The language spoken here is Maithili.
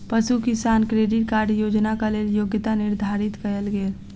पशु किसान क्रेडिट कार्ड योजनाक लेल योग्यता निर्धारित कयल गेल